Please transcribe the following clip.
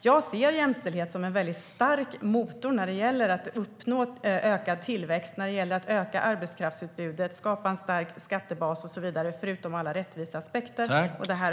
Jag ser jämställdhet som en stark motor när det gäller att uppnå ökad tillväxt, öka arbetskraftsutbudet, skapa en stark skattebas och så vidare, förutom alla rättviseaspekter.